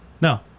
No